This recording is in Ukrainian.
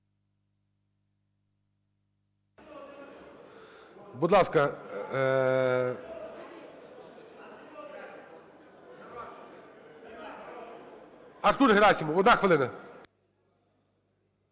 Будь ласка, Артур Герасимов, одна хвилина.